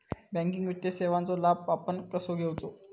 Banking वित्तीय सेवाचो लाभ आपण कसो घेयाचो?